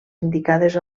indicades